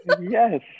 Yes